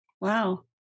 Wow